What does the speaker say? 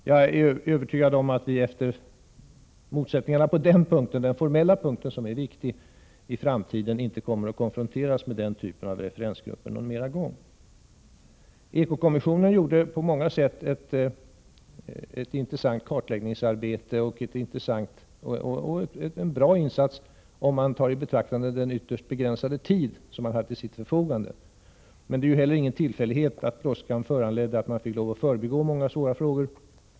Jag är övertygad om att vi efter motsättningarna på denna formella punkt, som är viktig, inte kommer att konfronteras med den typen av referensgrupper någon mer gång. Eko-kommissionen gjorde på många sätt ett intressant kartläggningsarbete och en bra insats, om man tar i betraktande den ytterst begränsade tid som man hade till sitt förfogande. Men det är inte heller någon tillfällighet att brådskan föranledde att man fick lov att förbigå många svåra frågor.